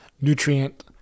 nutrient